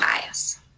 bias